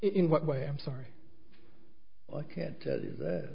in what way i'm sorry i can't